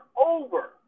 over